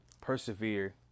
persevere